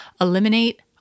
eliminate